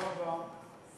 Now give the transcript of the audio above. תודה רבה.